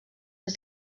des